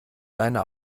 reine